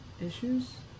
issues